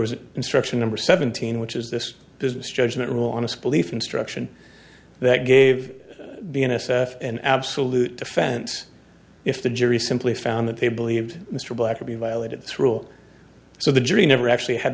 was an instruction number seventeen which is this business judgment rule honest belief instruction that gave the n s f an absolute defense if the jury simply found that they believed mr black to be violated through all so the jury never actually had